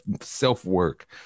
self-work